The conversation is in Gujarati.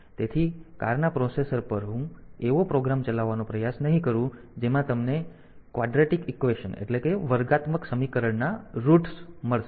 તેથી કારના પ્રોસેસર પર હું એવો પ્રોગ્રામ ચલાવવાનો પ્રયાસ નહીં કરું જેમાં તમને વર્ગાત્મક સમીકરણ ના મૂળ મળશે